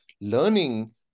learning